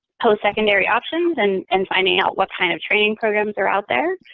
post secondary options and and finding out what kind of training programs are out there.